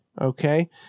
okay